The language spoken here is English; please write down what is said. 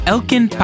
Elkin